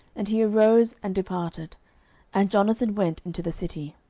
and he arose and departed and jonathan went into the city.